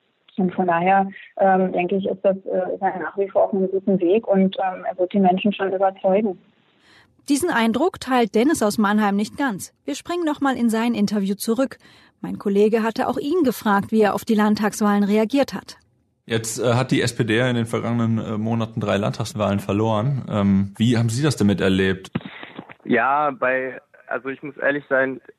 Und von daher, ähm, denke ich, ist das, äh, ist er nach wie vor auf einem guten Weg und, ähm, er wird die Menschen schon überzeugen. Diesen Eindruck teilt Dennis aus Mannheim nicht ganz. Wir springen noch mal in sein Interview zurück. Mein Kollege hatte auch ihn gefragt, wie er auf die Landtagswahlen reagiert hat. Jetzt, äh, hat die SPD ja in den vergangenen, äh, Monaten drei Landtagswahlen verloren. Ähm, wie haben Sie das denn miterlebt? Ja, bei- also ich muss ehrlich sein,